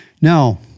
Now